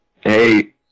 Hey